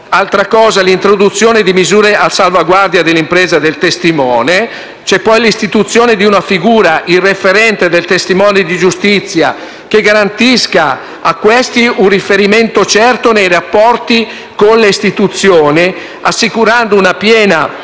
di reddito; l'introduzione di misure a salvaguardia dell'impresa del testimone. C'è poi l'istituzione di una figura, il referente del testimone di giustizia, che garantisca a questi un riferimento certo nei rapporti con le istituzioni, assicurando una piena